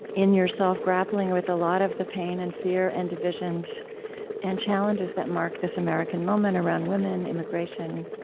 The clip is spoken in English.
in yourself, grappling with a lot of the pain and fear and divisions and challenges that mark this american moment around women, immigration,